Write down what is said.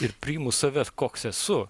ir priimu save koks esu